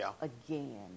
again